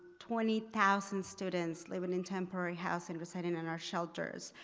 twenty thousand students living in temporary house and residing in our shelters.